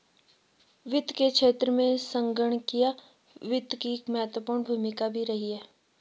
वित्त के क्षेत्र में संगणकीय वित्त की महत्वपूर्ण भूमिका भी रही है